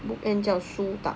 book end 叫书档